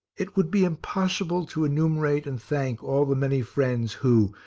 it would be impossible to enumerate and thank all the many friends who,